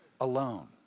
alone